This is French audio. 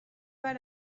pas